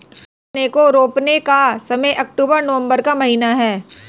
हरा चना को रोपने का समय अक्टूबर नवंबर का महीना है